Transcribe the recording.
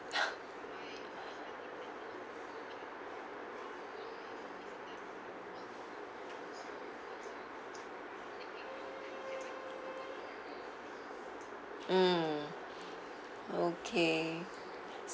mm okay